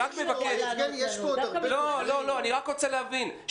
רוצה להבין.